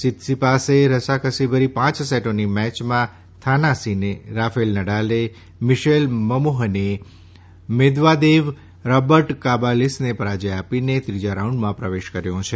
સીતસીપાસે રસાકસીભરી પાંચ સેટોની મેચમાં થાનાસીને રાફેલ નડાલે મીશેલ મમોહને મેદવાદેવ રોબર્ટ કાર્બાલીસને પરાજય આપીને ત્રીજા રાઉન્ડમાં પ્રવેશ કર્યો છે